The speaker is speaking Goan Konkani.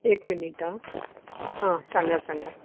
एक मिनीट आं आं सागांत सागांत